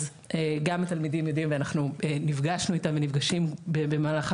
אז גם התלמידים יודעים ואנחנו נפגשנו איתם ונפגשים במהלך